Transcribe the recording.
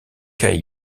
cai